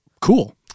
cool